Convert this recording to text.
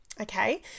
Okay